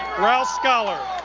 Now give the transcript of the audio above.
rouse scholar.